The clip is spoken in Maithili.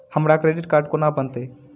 हमरा क्रेडिट कार्ड कोना बनतै?